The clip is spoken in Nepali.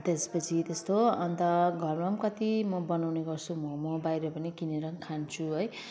त्यसपछि त्यस्तो अन्त घरमा पनि कत्ति म बनाउने गर्छु मोमो बाहिर पनि किनेर खान्छु है